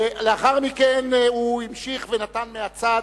לאחר מכן הוא המשיך ונתן מהצד,